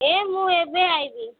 ଏ ମୁଁ ଏବେ ଆସିବି